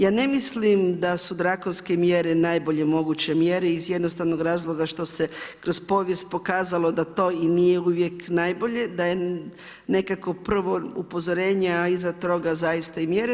Ja ne mislim da su drakonske mjere najbolje moguće mjere iz jednostavnog razloga što se kroz povijest pokazalo da to i nije uvijek najbolje, da je nekako prvo upozorenje, a iza toga zaista i mjere.